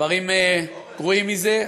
דברים גרועים מזה,